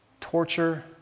torture